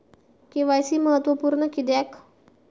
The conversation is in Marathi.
के.वाय.सी महत्त्वपुर्ण किद्याक?